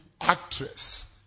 actress